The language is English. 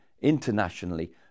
internationally